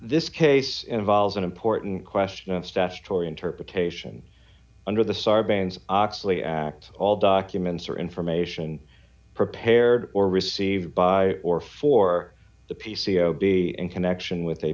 this case involves an important question of statutory interpretation under the sarbanes oxley act all documents or information prepared or received by or for the p c o be in connection with a